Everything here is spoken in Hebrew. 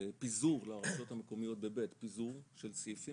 פיזור לרשויות המקומיות -- פיזור של סעיפים,